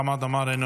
חבר הכנסת חמד עמאר,